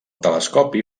telescopi